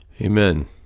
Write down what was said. Amen